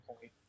point